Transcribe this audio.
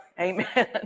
Amen